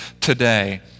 today